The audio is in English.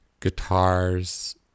guitars